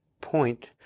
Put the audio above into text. point